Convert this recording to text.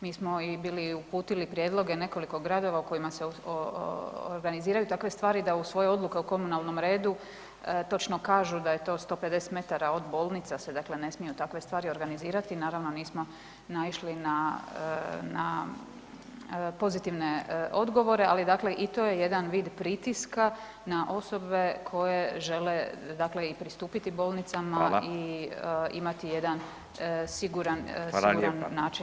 Mi smo i bili i uputili prijedloge u nekoliko gradova u kojima se organiziraju takve stvari da u svoje odluke o komunalnom redu točno kažu da je to 150 m od bolnice se dakle ne smiju takve stvari organizirati, naravno, mi smo naišli na pozitivne odgovore, ali dakle i to je jedan vid pritiska na osobe koje žele dakle i pristupiti bolnicama [[Upadica: Hvala.]] i imati jedan siguran [[Upadica: Hvala lijepa.]] siguran način